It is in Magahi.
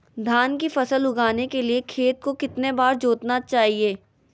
धान की फसल उगाने के लिए खेत को कितने बार जोतना चाइए?